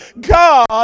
God